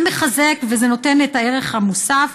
זה מחזק וזה נותן את הערך המוסף.